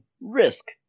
Risk